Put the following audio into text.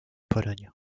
pologne